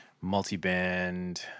multi-band